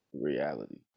reality